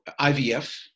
IVF